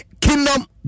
Kingdom